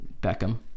Beckham